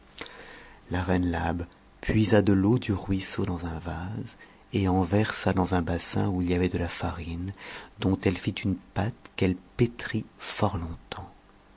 la reine labe puisa de l'eau du ruisseau dans un vase et en versa dans un bassin où il y avait de la farine dont elle fit une pâte qu'elle pétrit fort longtemps